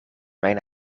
mijn